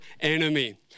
Enemy